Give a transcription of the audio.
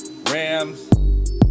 Rams